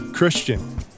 Christian